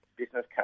business